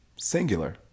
singular